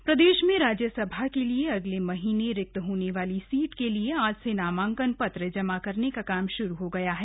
नामांकन पत्र प्रदेश से राज्यसभा के लिए अगले महीने रिक्त होने वाली सीट के लिए आज से नामांकन पत्र जमा करने का काम श्रू हो गया है